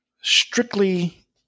strictly